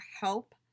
help